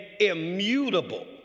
immutable